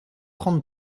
trente